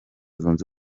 zunze